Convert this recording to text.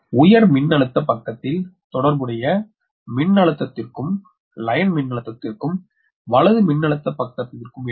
உயர் மின்னழுத்த பக்கத்தில் தொடர்புடைய வரி மின்னழுத்தத்திற்கும் வலது மின்னழுத்த பக்கத்திற்கும் இடையில்